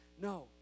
no